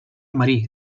marí